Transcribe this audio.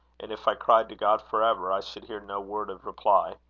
and if i cried to god for ever, i should hear no word of reply.